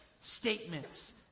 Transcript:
statements